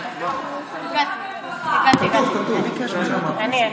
העבודה והרווחה.